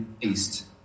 east